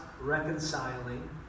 reconciling